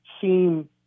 seem